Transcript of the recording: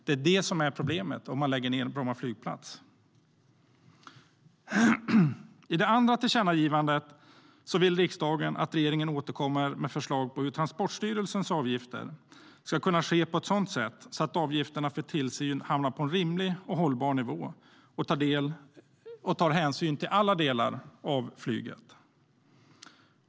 Det är det som är problemet om man lägger ned Bromma flygplats.I det andra tillkännagivandet vill riksdagen att regeringen återkommer med förslag på hur Transportstyrelsens avgifter ska kunna ordnas så att avgifterna för tillsyn hamnar på en rimlig och hållbar nivå och tar hänsyn till alla delar av flyget.